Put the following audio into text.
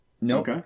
Nope